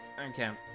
okay